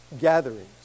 gatherings